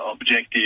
objective